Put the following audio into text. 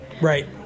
Right